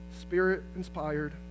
spirit-inspired